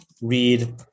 read